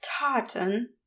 tartan